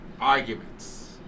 arguments